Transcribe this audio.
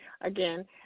again